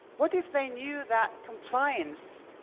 what if they knew that compliance